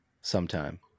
sometime